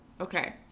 Okay